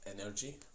energy